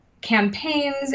campaigns